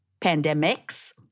pandemics